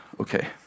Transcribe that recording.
Okay